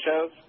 shows